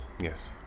Yes